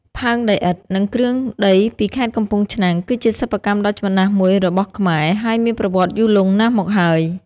ផើងដីឥដ្ឋ និងគ្រឿងដីពីខេត្តកំពង់ឆ្នាំង គឺជាសិប្បកម្មដ៏ចំណាស់មួយរបស់ខ្មែរ ហើយមានប្រវត្តិយូរលង់ណាស់មកហើយ។